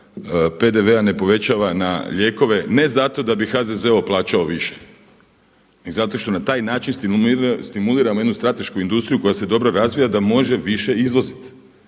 PDV-a ne povećava na lijekove ne zato da bi HZZO plaćao više, nego zato što na taj način stimuliramo jednu stratešku industriju koja se dobro razvija da može više izvoziti